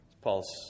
paul's